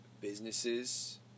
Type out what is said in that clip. businesses